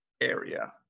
area